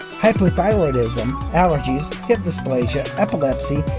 hypothyroidism, allergies, hip dysplasia, epilepsy,